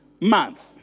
month